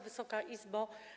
Wysoka Izbo!